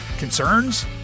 concerns